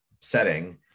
setting